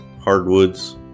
hardwoods